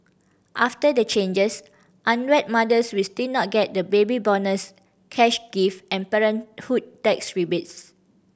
after the changes unwed mothers will still not get the Baby Bonus cash gift and parenthood tax rebates